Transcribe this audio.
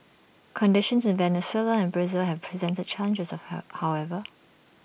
conditions in Venezuela and Brazil have presented challenges how however